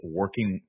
working